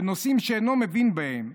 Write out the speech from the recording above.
בנושאים שאינו מבין בהם,